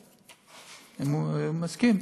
לרוטשטיין, אם הוא מסכים.